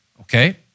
Okay